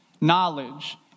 knowledge